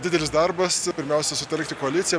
didelis darbas pirmiausia sutelkti koaliciją